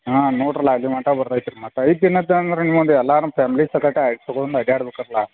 ಹಾಂ ನೋಡ್ರಲ್ಲಾ ಅಲ್ಲಿ ಮಟ್ಟ ಬರ್ತೈತ್ರಿ ಮತ್ತು ಐದು ದಿನದ ಅಂದರೆ ನಿಮ್ಮ ಒಂದು ಎಲ್ಲ ನಮ್ಮ ಫ್ಯಾಮ್ಲಿ ಸಕಟಾ ತಗೊಂಡು ಅಡ್ಯಾಡ ಬೇಕರ್ಲ